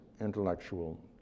intellectual